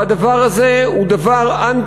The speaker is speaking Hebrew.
והדבר הזה הוא אנטי-דמוקרטי,